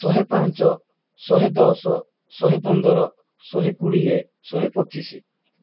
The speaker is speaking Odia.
ଶହେ ପାଞ୍ଚ ଶହେ ଦଶ ଶହେ ପନ୍ଦର ଶହେ କୋଡ଼ିଏ ଶହେ ପଚିଶି